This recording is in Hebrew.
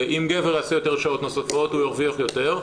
אם גבר יעשה יותר שעות נוספות הוא ירוויח יותר.